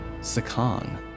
Sakan